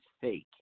fake